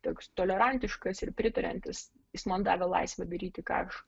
toks tolerantiškas ir pritariantis jis man davė laisvę daryti ką aš